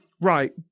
right